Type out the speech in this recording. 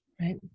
right